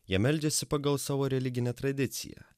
jie meldėsi pagal savo religinę tradiciją